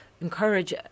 encourage